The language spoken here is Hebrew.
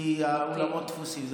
כי האולמות תפוסים.